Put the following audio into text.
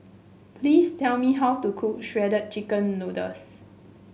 please tell me how to cook Shredded Chicken Noodles